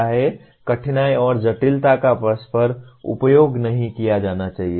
कठिनाई और जटिलता का परस्पर उपयोग नहीं किया जाना चाहिए